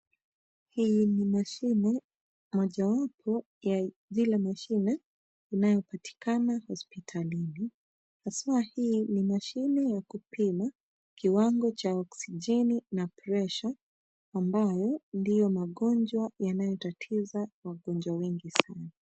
Hii ni mashine mojawapo ya zile mashine zinayopatikana hospitalini, hasa hii ni mashine ya kupima kiwango cha oksijeni na pressure ambayo ndiyo magonjwa yanayotatiza wagonjwa wengi sana.